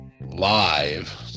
live